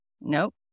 Nope